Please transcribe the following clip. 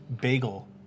bagel